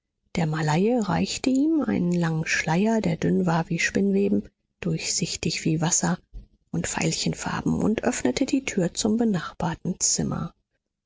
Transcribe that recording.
der malaie reichte ihm einen langen schleier der dünn war wie spinnweben durchsichtig wie wasser und veilchenfarben und öffnete die tür zum benachbarten zimmer